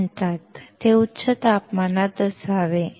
ते उच्च तापमानात असावे